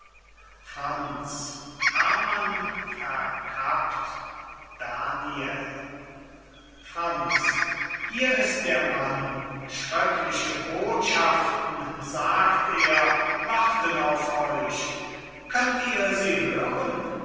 daniel franz hier ist der mann schröckliche botschaften sagt er warten auf euch könnt ihr sie hören